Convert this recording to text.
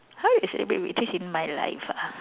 how I celebrate victories in my life ah